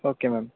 okay ma'am